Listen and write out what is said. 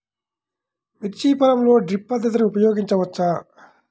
మిర్చి పొలంలో డ్రిప్ పద్ధతిని ఉపయోగించవచ్చా?